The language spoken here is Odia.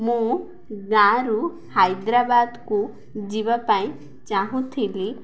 ମୁଁ ଗାଁରୁ ହାଇଦ୍ରାବାଦକୁ ଯିବା ପାଇଁ ଚାହୁଁଥିଲି